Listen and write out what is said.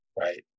Right